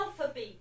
Alphabet